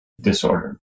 disorder